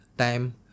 time